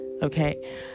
okay